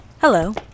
Hello